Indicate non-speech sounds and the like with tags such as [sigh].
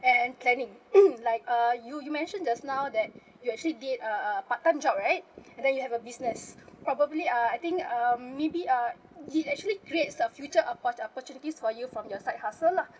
and planning [noise] like uh you you mentioned just now that you actually did a a part time job right and then you have a business probably uh I think um maybe uh it actually creates a future of oppor~ opportunities for you from your side hustle lah